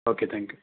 okay thank you